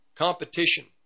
Competition